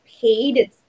paid